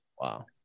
Wow